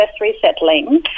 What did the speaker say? resettling